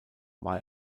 war